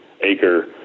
acre